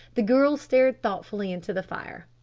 the girl stared thoughtfully into the fire.